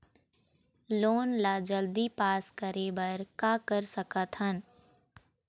Loan ला जल्दी pass करे बर का कर सकथन?